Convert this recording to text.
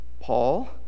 Paul